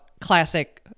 classic